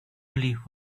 believe